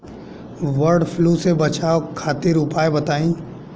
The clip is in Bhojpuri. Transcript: वड फ्लू से बचाव खातिर उपाय बताई?